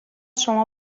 شما